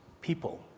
people